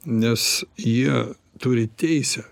nes jie turi teisę